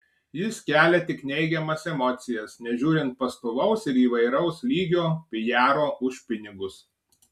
jis kelia tik neigiamas emocijas nežiūrint pastovaus ir įvairaus lygio pijaro už pinigus